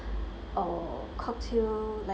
uh cocktail like